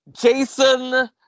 Jason